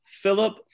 Philip